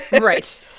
Right